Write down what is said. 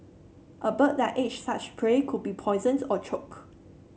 a bird that ate such prey could be poisoned or choke